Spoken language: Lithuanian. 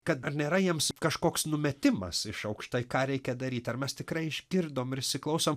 kad ar nėra jiems kažkoks numetimas iš aukštai ką reikia daryt ar mes tikrai išgirdom įsiklausom